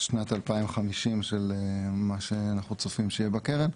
לשנת 2050, של מה שאנחנו צופים שיהיה בקרן.